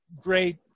great